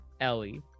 Ellie